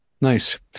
Nice